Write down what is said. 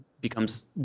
becomes